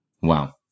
Wow